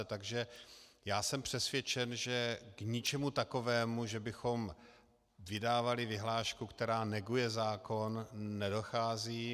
Takže jsem přesvědčen, že k ničemu takovému, že bychom vydávali vyhlášku, jež neguje zákon, nedochází.